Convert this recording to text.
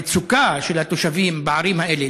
המצוקה של התושבים בערים האלה,